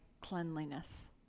cleanliness